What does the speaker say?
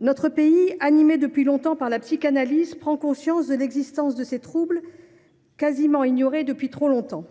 Notre pays, animé de longue date par la psychanalyse, prend progressivement conscience de l’existence de ces troubles, quasiment ignorés depuis trop longtemps.